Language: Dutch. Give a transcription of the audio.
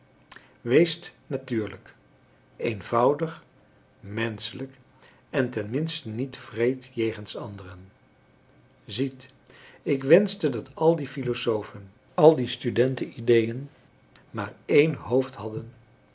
weest natuurlijk eenvoudig menschelijk en ten minste niet wreed jegens anderen ziet ik wenschte dat al die philosofen al die studenten ideeën maar één hoofd hadden